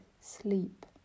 sleep